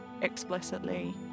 explicitly